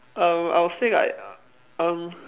um I'll say like um